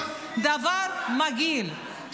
דבר מגעיל,